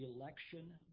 election